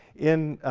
in